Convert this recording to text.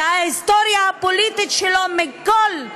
וההיסטוריה הפוליטית, הוא לא נאשם,